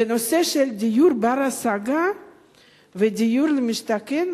בנושא של דיור בר-השגה ודיור למשתכן,